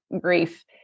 grief